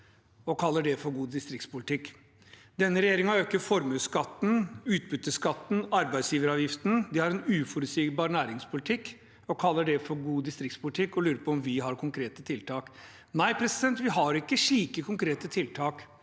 og kaller det for god distriktspolitikk. Denne regjeringen øker formuesskatten, utbytteskatten, arbeidsgiveravgiften, de har en uforutsigbar næringspolitikk – og kaller det for god distriktspolitikk og lurer på om vi har konkrete tiltak. Nei, vi har ikke slike konkrete tiltak.